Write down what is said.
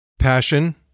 passion